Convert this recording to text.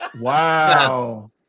Wow